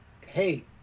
hey